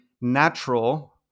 natural